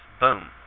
boom